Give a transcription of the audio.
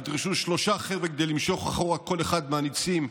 נדרשו שלושה חבר'ה כדי למשוך אחורה כל אחד מהניצים.